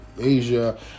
Asia